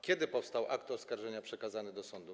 Kiedy powstał akt oskarżenia przekazany do sądu?